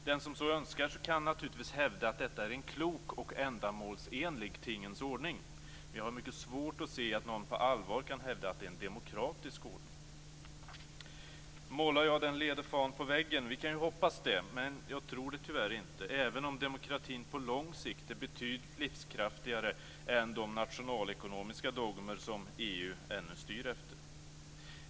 Den som så önskar kan naturligtvis hävda att detta är en klok och ändamålsenlig tingens ordning, men jag har mycket svårt att se att någon på allvar kan hävda att det är en demokratisk ordning. Målar jag den lede fan på väggen? Vi kan hoppas det, men jag tror tyvärr inte det, även om demokratin på lång sikt är betydligt livskraftigare än de nationalekonomiska dogmer som EU ännu styr efter.